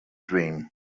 dream